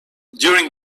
during